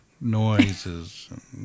noises